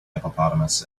hippopotamus